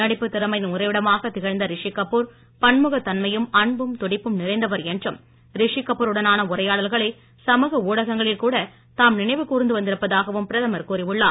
நடிப்புத் திறமையின் உறைவிடமாகத் திகழ்ந்த ரிஷி கபூர் பன்முகத் தன்மையும் அன்பும் துடிப்பும் நிறைந்தவர் என்றும் ரிஷி கபூர் உடனான உரையாடல்களை சமூக ஊடகங்களில் கூட தாம் நினைவு கூர்ந்து வந்திருப்பதாகவும் பிரதமர் கூறியுள்ளார்